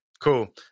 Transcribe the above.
Cool